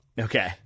Okay